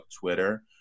Twitter